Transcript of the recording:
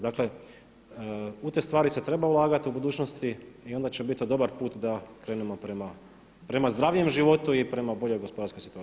Dakle u te stvari se treba ulagati u budućnosti i onda će to biti dobar put da krenemo prema zdravijem životu i prema boljoj gospodarskoj situaciji.